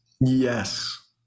Yes